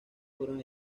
fueron